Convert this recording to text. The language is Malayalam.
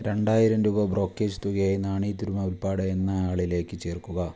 രണ്ടായിരം രൂപ ബ്രോക്കേജ് തുകയായി നാണി തിരുമുൽപ്പാട് എന്നയാളിലേക്ക് ചേർക്കുക